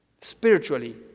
Spiritually